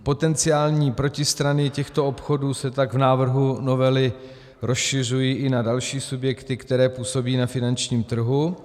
Potenciální protistrany těchto obchodů se tak v návrhu novely rozšiřují i na další subjekty, které působí na finančním trhu.